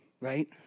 right